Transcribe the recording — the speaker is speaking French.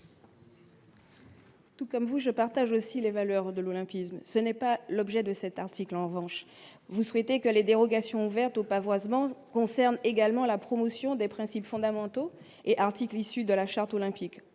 Tout comme vous je partage aussi les valeurs de l'olympisme, ce n'est pas l'objet de cet article, en revanche, vous souhaitez que les dérogations ouvertes au pavoisement concerne également la promotion des principes fondamentaux et articles issus de la charte olympique,